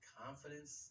confidence